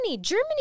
Germany